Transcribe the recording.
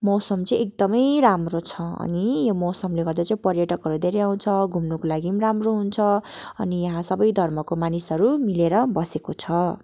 मौसम चाहिँ एकदमै राम्रो छ अनि यो मौसमले गर्दा चाहिँ पर्याटकहरू धेरै आउँछ घुम्नुको लागि पनि राम्रो हुन्छ अनि यहाँ सबै धर्मको मानिसहरू मिलेर बसेको छ